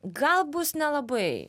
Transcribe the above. gal bus nelabai